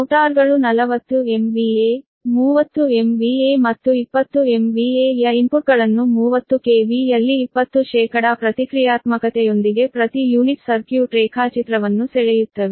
ಮೋಟಾರ್ಗಳು 40 MVA 30 MVA ಮತ್ತು 20 MVA ಯ ಇನ್ಪುಟ್ಗಳನ್ನು 30 KV ಯಲ್ಲಿ 20 ಪ್ರತಿಕ್ರಿಯಾತ್ಮಕತೆಯೊಂದಿಗೆ ಪ್ರತಿ ಯೂನಿಟ್ ಸರ್ಕ್ಯೂಟ್ ರೇಖಾಚಿತ್ರವನ್ನು ಸೆಳೆಯುತ್ತವೆ